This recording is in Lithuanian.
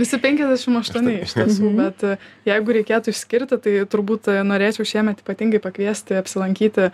visi penkiasdešim aštuoni iš tiesų bet jeigu reikėtų išskirti tai turbūt norėčiau šiemet ypatingai pakviesti apsilankyti